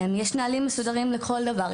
יש נהלים מסודרים לכל דבר,